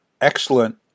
excellent